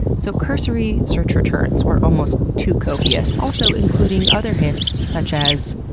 so cursory search returns were almost too copious. also including other hits such as,